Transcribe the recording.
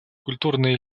культурные